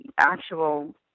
actual